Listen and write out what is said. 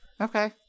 Okay